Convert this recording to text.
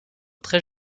très